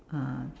uh